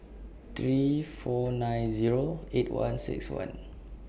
three four nine Zero eight one six one